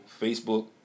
Facebook